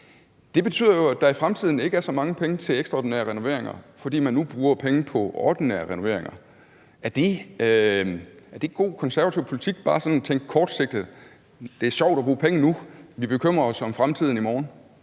Det betyder jo, at der i fremtiden ikke er så mange penge til ekstraordinære renoveringer, fordi man nu bruger penge på ordinære renoveringer. Er det god konservativ politik bare sådan at tænke kortsigtet, hvor man siger: Det er sjovt at bruge penge nu, men vi bekymrer os om fremtiden i morgen?